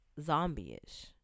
zombie-ish